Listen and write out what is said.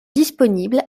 disponibles